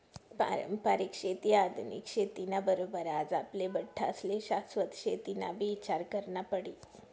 पारंपरिक शेती आधुनिक शेती ना बरोबर आज आपले बठ्ठास्ले शाश्वत शेतीनाबी ईचार करना पडी